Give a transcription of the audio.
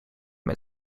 met